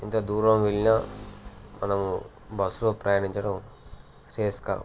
ఎంత దూరం వెళ్ళినా మనము బస్సులో ప్రయాణించడం శ్రేయస్కరం